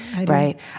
right